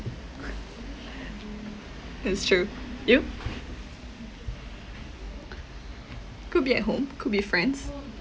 it's true you could be at home could be friends